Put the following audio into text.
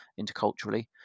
interculturally